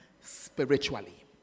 spiritually